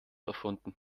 erfunden